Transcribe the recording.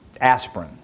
aspirin